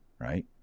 Right